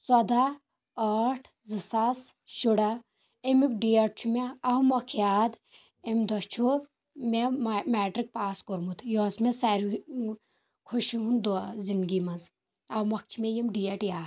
ژۄداہ ٲٹھ زٕ ساس شُراہ اَمیُک ڈیٚٹ چھُ مےٚ اَوٕ مۅکھ یاد اَمہِ دۄہ چھُ مےٚ ما میٚٹرِک پاس کوٚرمُت یہِ اوس مےٚ سارِوٕے خۄشی ہُنٛد دۄہ زِنٛدٕگی منٛز اَو مۅکھ چھِ مےٚ یِم ڈیٚٹ یاد